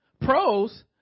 Pros